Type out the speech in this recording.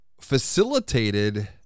facilitated